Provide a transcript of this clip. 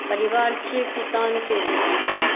परिवार छियै किसानके बेटी छियै